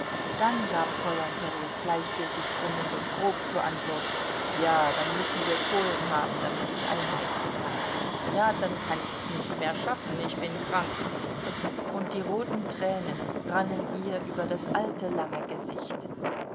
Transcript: dann gab fräulein theres gleichgültig brummend und grob zur antwort ja dann müssen wir kohlen haben damit ich einheizen kann ja dann kann ich's nicht mehr schaffen ich bin krank und die roten tränen rannen ihr über das alte lange gesicht